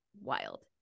wild